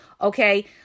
okay